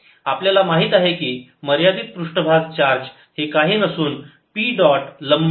आपल्याला माहित आहे की मर्यादित पृष्ठभाग चार्ज हे काही नसून P डॉट लंब P डॉट लंब आहे